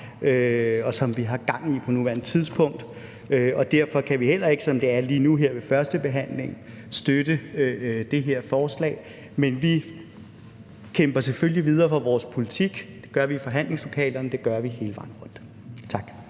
og som vi har gang i på nuværende tidspunkt. Derfor kan vi heller ikke, som det er lige nu og her ved førstebehandlingen, støtte det her forslag, men vi kæmper selvfølgelig videre for vores politik. Det gør vi i forhandlingslokalerne. Det gør vi hele vejen rundt. Tak.